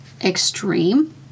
extreme